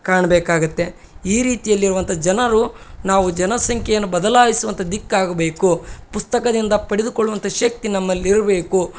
ಕಾಣಬೇಕಾಗುತ್ತೆ ಈ ರೀತಿಯಲ್ಲಿರುವಂಥ ಜನರು ನಾವು ಜನ ಸಂಖ್ಯೆಯನ್ನು ಬದಲಾಯಿಸುವಂಥ ದಿಕ್ಕಾಗಬೇಕು ಪುಸ್ತಕದಿಂದ ಪಡೆದುಕೊಳ್ಳುವಂತ ಶಕ್ತಿ ನಮ್ಮಲ್ಲಿರಬೇಕು